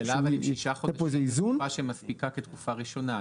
אבל השאלה אם שישה חודשים זו תקופה שמספיקה כתקופה ראשונה.